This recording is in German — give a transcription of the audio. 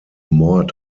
mord